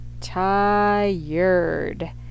tired